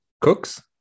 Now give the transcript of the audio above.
cooks